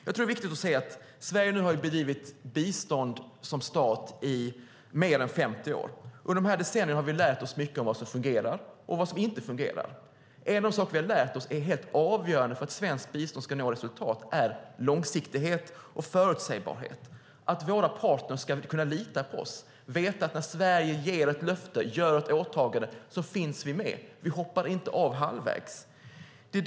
Jag tror att det är viktigt att se: Sverige har nu som stat bedrivit bistånd i mer än 50 år. Under de decennierna har vi lärt oss mycket om vad som fungerar och vad som inte fungerar. En av de saker som vi har lärt oss är: Helt avgörande för att svenskt bistånd ska nå resultat är långsiktighet och förutsägbarhet, att våra partner ska kunna lita på oss och veta att när Sverige ger ett löfte och gör ett åtagande, då finns vi med - vi hoppar inte av halvvägs.